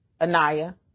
Anaya